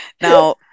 now